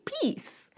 Peace